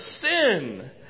sin